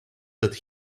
that